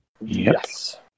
Yes